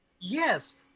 Yes